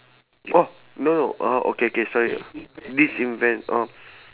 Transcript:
oh no no orh okay okay sorry disinvent oh